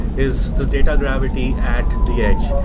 is this data gravity at the edge,